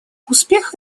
успех